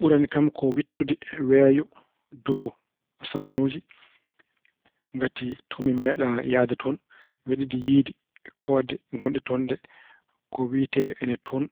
Ɓurani kam ko wiɗtude weeyo dow asamaanuuji. Ngati toon mi meeɗaa yahde toon. Mbeɗa yiɗi yiyde koode gonɗe toon ɗe. Ko wiyetee ina toon,